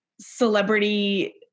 celebrity